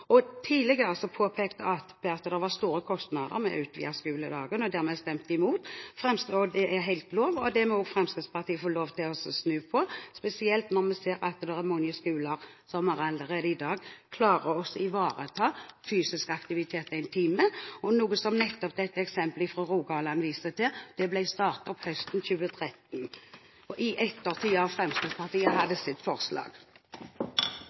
aktivitet. Tidligere påpekte jeg at det var store kostnader ved å utvide skoledagen, og dermed stemmer vi imot. Det er fullt lovlig. Her må Fremskrittspartiet få lov til å snu, spesielt når vi ser at det er mange skoler som allerede i dag klarer å ivareta fysisk aktivitet med én time, noe som nettopp eksemplet fra Rogaland viste, og som ble startet opp høsten 2013, etter at Fremskrittspartiet hadde sitt forslag. Senterpartiet er opptatt av sunt kosthold og en fysisk aktiv befolkning. I